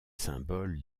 symboles